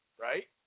right